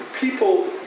people